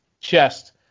chest –